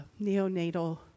neonatal